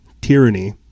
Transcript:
tyranny